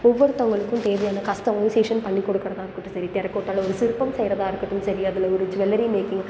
ஒவ்வொருத்தவங்களுக்கும் தேவையான கஸ்டமைசேஷன் பண்ணிக் கொடுக்கிறதா இருக்கட்டும் சரி டெரகோட்டாவில் ஒரு சிற்பம் செய்கிறதா இருக்கட்டும் சரி அதில் ஒரு ஜுவல்லரி மேக்கிங்